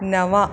नव